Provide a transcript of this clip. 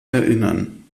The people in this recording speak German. erinnern